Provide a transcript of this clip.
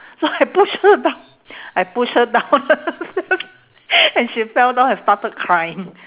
so I push her down I push her down and she fell down and started crying